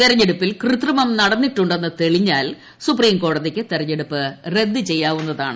തെരഞ്ഞെടുപ്പിൽ കൃത്രിമം നടന്നിട്ടുണ്ടെന്ന് തെളിഞ്ഞാൽ സുപ്രീം കോടതിക്ക് തെരഞ്ഞെടുപ്പ് റദ്ദ് ചെയ്യാവുന്നതാണ്